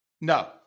No